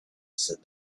said